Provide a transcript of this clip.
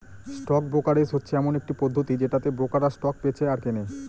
stock brokerage হচ্ছে এমন একটি পদ্ধতি যেটাতে ব্রোকাররা স্টক বেঁচে আর কেনে